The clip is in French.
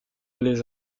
les